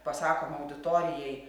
pasakoma auditorijai